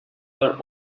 were